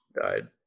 Died